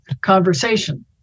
conversation